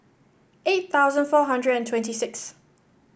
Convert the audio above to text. eight thousand four hundred and twenty sixth